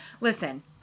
listen